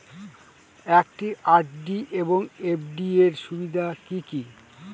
একটি আর.ডি এবং এফ.ডি এর সুবিধা কি কি?